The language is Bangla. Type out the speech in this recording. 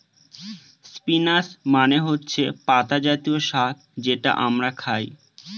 স্পিনাচ মানে হচ্ছে পাতা জাতীয় শাক যেটা আমরা খায়